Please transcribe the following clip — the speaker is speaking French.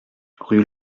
rue